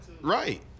Right